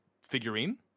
figurine